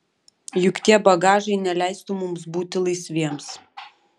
juk tie bagažai neleistų mums būti laisviems